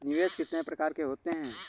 निवेश कितनी प्रकार के होते हैं?